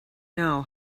know